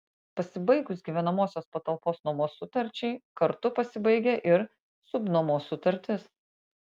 pasibaigus gyvenamosios patalpos nuomos sutarčiai kartu pasibaigia ir subnuomos sutartis